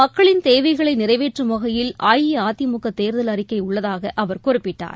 மக்களின் தேவைகளைநிறைவேற்றும் வகையில் அஇஅதிமுகதேர்தல் அறிக்கையில் உள்ளதாகஅவர் குறிப்பிட்டார்